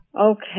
Okay